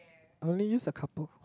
I only use a couple